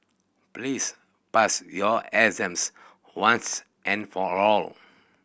please pass your exams once and for all